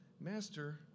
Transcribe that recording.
master